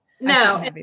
no